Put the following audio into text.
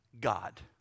God